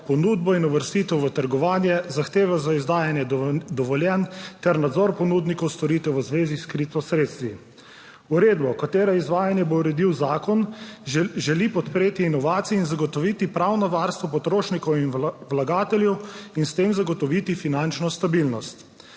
ponudbo in uvrstitev v trgovanje, zahteve za izdajanje dovoljenj ter nadzor ponudnikov storitev v zvezi s kriptosredstvi. Uredbo, katere izvajanje bo uredil zakon, želi podpreti inovacije in zagotoviti pravno varstvo potrošnikov in vlagateljev in s tem zagotoviti finančno stabilnost.